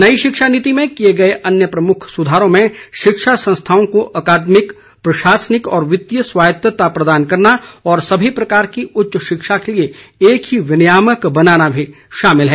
नई शिक्षा नीति में किए गए अन्य प्रमुख सुधारों में शिक्षा संस्थाओं को अकादमिक प्रशासनिक और वित्तीय स्वायत्तता प्रदान करना और सभी प्रकार की उच्च शिक्षा के लिए एक ही विनियामक बनाना भी शामिल है